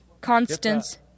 constance